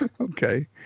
Okay